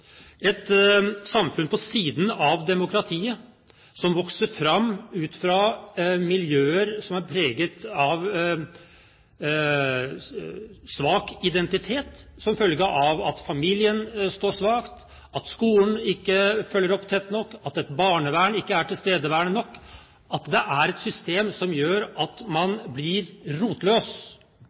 et samfunn ved siden av demokratiet, som vokser fram ut fra miljøer som er preget av svak identitet, som følge av at familien står svakt, at skolen ikke følger tett nok opp, at et barnevern ikke er tilstedeværende nok, at det er et system som gjør at man blir rotløs,